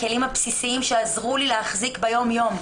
הכלים הבסיסיים שעזרו לי להחזיק ביום-יום.